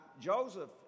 Joseph